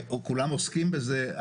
או כולם עוסקים בזה.